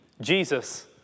Jesus